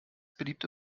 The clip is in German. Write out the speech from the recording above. beliebte